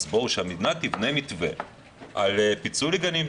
שהמדינה תבנה מתווה על פיצוי לגנים,